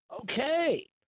Okay